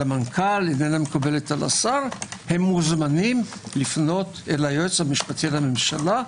המנכ"ל או על שהשר הם מוזמנים לפנות ליועץ המשפטי לממשלה,